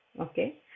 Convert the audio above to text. okay